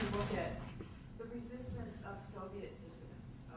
at the resistance of soviet dissidents.